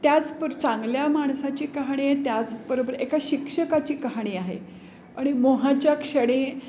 त्याच पण चांगल्या माणसाची कहाणी आहे त्याच बरोबर एका शिक्षकाची कहाणी आहे आणि मोहाच्या क्षणी